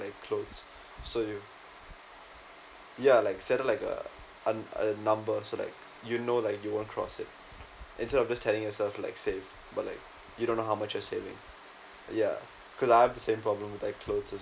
like clothes so you ya like set up like a uh a number so like you know like you won't cross it instead of just telling yourself like save but like you don't know how much you're saving ya because I have the same problem with like clothes